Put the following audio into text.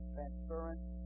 Transference